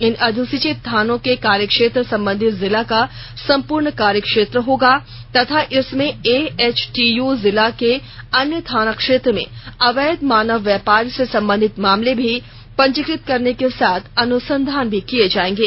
इन अधिसूचित थानों के कार्यक्षेत्र संबंधित जिला का संपूर्ण कार्यक्षेत्र होगा तथा इसमें एएचटीयू जिला के अन्य थाना क्षेत्र में अवैध मानव व्यापार से संबंधित मामले भी पंजीकृत करने के साथ अनुसंधान भी किए जाएंगे